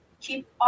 keep